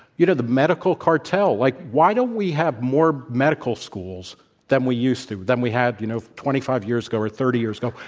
you know, the medical cartel. like, why don't we have more medical schools than we used to, than we had, you know, twenty five years ago or thirty years ago?